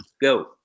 go